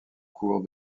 cours